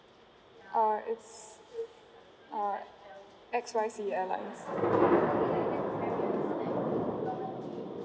alright it's uh X Y Z airline